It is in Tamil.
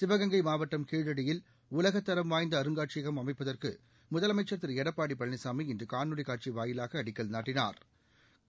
சிவகங்கை மாவட்டம் கீழடியில் உலகத்தரம் வாய்ந்த அருங்காட்சியகம் அமைப்பதற்கு முதலமைச்சா் திரு எடப்பாடி பழனிசாமி இன்று காணொலி காட்சி வாயிவாக அடிக்கல் நாட்டினா்